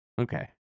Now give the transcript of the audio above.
Okay